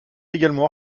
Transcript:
également